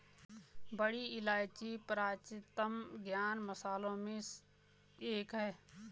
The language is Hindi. बड़ी इलायची प्राचीनतम ज्ञात मसालों में से एक है